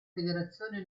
federazione